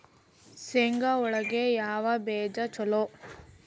ಶೇಂಗಾ ಒಳಗ ಯಾವ ಬೇಜ ಛಲೋ?